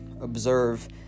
Observe